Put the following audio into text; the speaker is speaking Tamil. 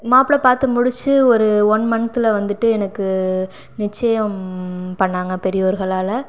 மாப்ளை பார்த்து முடித்து ஒரு ஒன் மன்தில் வந்துட்டு எனக்கு நிச்சயம் பண்ணிணாங்க பெரியோர்களால்